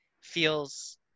feels